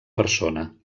persona